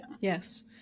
Yes